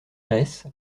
reiss